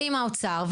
ועם האוצר,